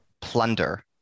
Plunder